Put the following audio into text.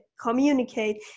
communicate